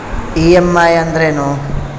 EMI ಅಂದ್ರೇನು?